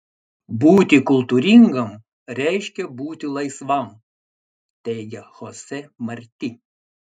būti kultūringam reiškia būti laisvam teigia chose marti